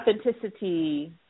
authenticity